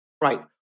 Right